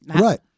Right